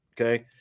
okay